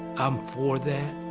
i'm for that,